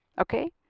Okay